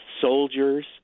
soldiers